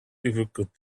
difficult